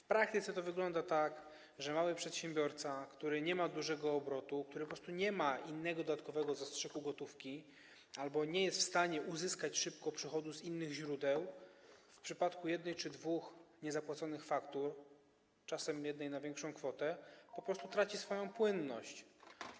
W praktyce to wygląda tak, że mały przedsiębiorca, który nie ma dużego obrotu, który po prostu nie ma innego, dodatkowego zastrzyku gotówki albo nie jest w stanie uzyskać szybko przychodu z innych źródeł, w przypadku jednej czy dwóch niezapłaconych faktur, czasem jednej na większą kwotę, po prostu traci płynność finansową.